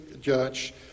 judge